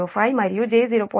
05 మరియు j0